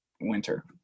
winter